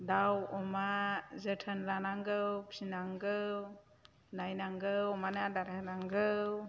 दाउ अमा जोथोन लानांगौ फिनांगौ नायनांगौ अमानो आदार होनांगौ